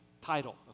title